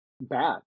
bad